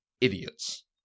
idiots